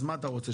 אז מה אתה רוצה,